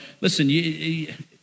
Listen